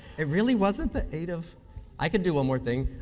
it really wasn't the eight of i could do one more thing,